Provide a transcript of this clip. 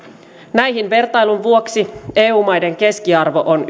vertailun vuoksi eu maiden keskiarvo on